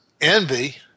envy